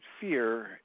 fear